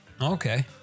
Okay